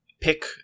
pick